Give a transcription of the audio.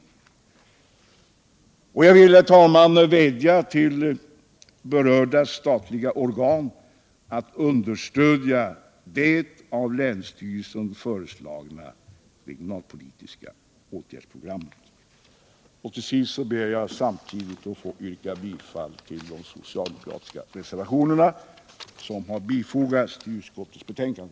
Herr talman! Jag vill vädja till berörda statliga organ att understödja det av länsstyrelsen föreslagna regionalpolitiska åtgärdsprogrammet. Till sist ber jag att få yrka bifall till de socialdemokratiska reservationerna som har fogats till utskottets betänkande.